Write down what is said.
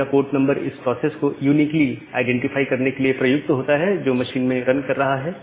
तो यह port number इस प्रोसेस को यूनीकली आईडेंटिफाई करने के लिए प्रयुक्त होता है जो मशीन में रन कर रहा है